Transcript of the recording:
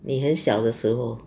你很小的时候